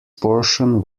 portion